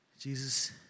Jesus